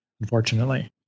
unfortunately